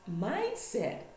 mindset